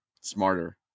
smarter